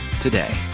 today